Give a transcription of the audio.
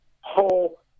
whole